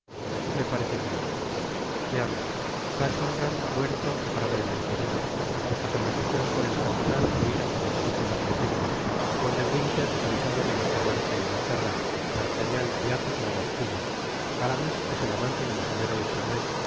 me parece que no veamos buckingam muerto ó gravemente herido vuestra conversacion con el cardenal oida por los cuatro mosqueteros lord de winter avisado de vuestra marcha á inglaterra d'artagnan y athos á la bastilla aramis es el amante de la señora de